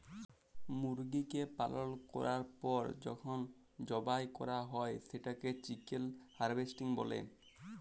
মুরগিকে পালল ক্যরার পর যখল জবাই ক্যরা হ্যয় সেটকে চিকেল হার্ভেস্টিং ব্যলে